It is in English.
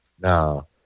No